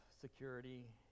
security